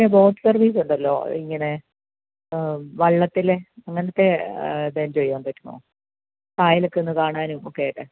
പിന്നെ boat service ഉണ്ടല്ലോ ഇങ്ങനെ വള്ളത്തിലെ അങ്ങനത്തെ ഇത് എൻജൊയ് ചെയ്യാൻ പറ്റുമോ കായലൊക്കെ ഇന്ന് കാണാനും ഒക്കെ ആയിട്ട്